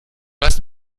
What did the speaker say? hast